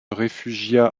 réfugia